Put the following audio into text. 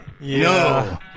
No